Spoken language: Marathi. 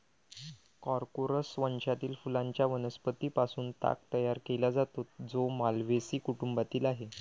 कॉर्कोरस वंशातील फुलांच्या वनस्पतीं पासून ताग तयार केला जातो, जो माल्व्हेसी कुटुंबातील आहे